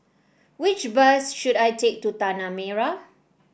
which bus should I take to Tanah Merah